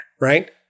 right